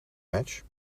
match